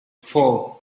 four